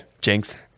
Jinx